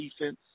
defense